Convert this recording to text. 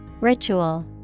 Ritual